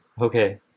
Okay